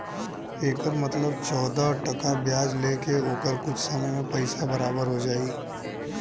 एकर मतलब चौदह टका ब्याज ले के ओकर कुछ समय मे पइसा बराबर हो जाई